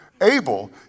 able